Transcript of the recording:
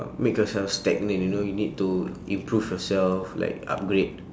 make yourself stagnant you know you need to improve yourself like upgrade